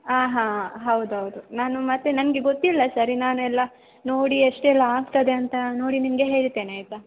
ಆಂ ಹಾಂ ಹೌದು ಹೌದು ನಾನು ಮತ್ತು ನನಗೆ ಗೊತ್ತಿಲ್ಲ ಸರಿ ನಾನು ಎಲ್ಲ ನೋಡಿ ಎಷ್ಟೆಲ್ಲ ಆಗ್ತದೆ ಅಂತ ನೋಡಿ ನಿಮಗೆ ಹೇಳ್ತೇನೆ ಆಯಿತಾ